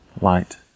light